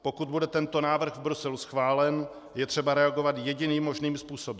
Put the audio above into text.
Pokud bude tento návrh v Bruselu schválen, je třeba reagovat jediným možným způsobem.